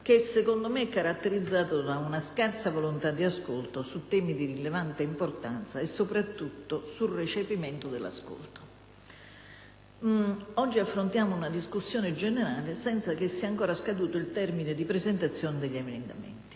il metodo, caratterizzato da una scarsa volontà di ascolto su temi di rilevante importanza e soprattutto sul recepimento dell'ascolto. Oggi affrontiamo una discussione generale senza che sia ancora scaduto il termine di presentazione degli emendamenti